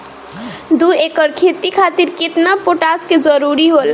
दु एकड़ खेती खातिर केतना पोटाश के जरूरी होला?